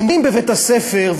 אומרים בבית-הספר,